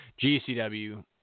GCW